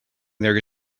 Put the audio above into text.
there